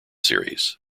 series